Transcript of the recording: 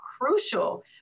crucial